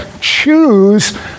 choose